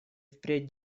впредь